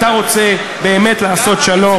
אתה רוצה באמת לעשות שלום?